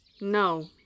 No